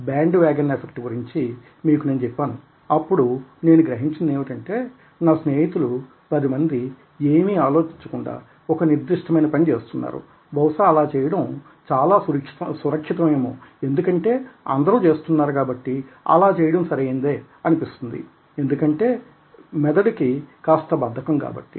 band vegan effect గురించి మీకు నేను చెప్పాను అప్పుడు నేను గ్రహించింది ఏంటంటే నా స్నేహితులు పదిమంది ఏమీ ఆలోచించకుండా ఒక నిర్దిష్టమైన పని చేస్తున్నారు బహుశా అలా చేయడం చాలా సురక్షితం ఏమో ఎందుకంటే అందరూ చేస్తున్నారు కాబట్టి అలా చేయడం సరి అయినదే అనిపిస్తుంది ఎందుకంటే మెదడుకి కాస్త బద్ధకం కాబట్టి